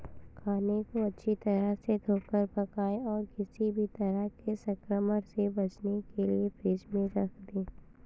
खाने को अच्छी तरह से धोकर पकाएं और किसी भी तरह के संक्रमण से बचने के लिए फ्रिज में रख दें